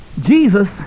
Jesus